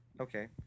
Okay